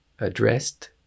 addressed